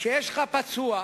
שיש לך פצוע,